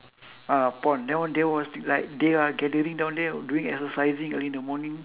ah pond then they was like they are gathering down there doing exercising early in the morning